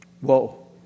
Whoa